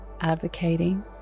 advocating